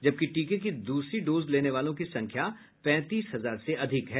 जबकि टीके की दूसरी डोज लेने वालों की संख्या पैंतीस हजार से अधिक है